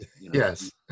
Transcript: Yes